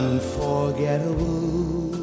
Unforgettable